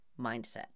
mindset